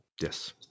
Yes